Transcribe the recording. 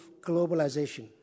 globalization